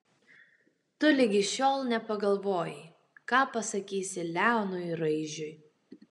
tu ligi šiol nepagalvojai ką pasakysi leonui raižiui